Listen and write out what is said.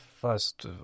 first